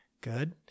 good